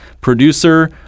producer